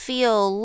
Feel